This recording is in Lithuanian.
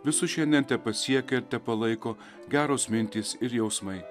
visus šiandien tepasiekia ir tepalaiko geros mintys ir jausmai